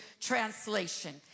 translation